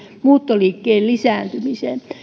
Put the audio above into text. muuttoliikkeen lisääntymiseen